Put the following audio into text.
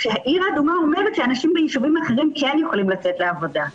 עיר אדומה אומרת שאנשים ביישובים אחרים כן יכולים לצאת לעבודה,